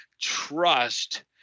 trust